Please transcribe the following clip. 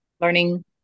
learning